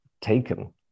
taken